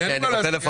אין לי מה להסתיר.